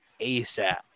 ASAP